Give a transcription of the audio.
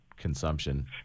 consumption